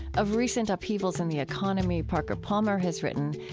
of recent upheavals in the economy parker palmer has written,